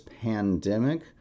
pandemic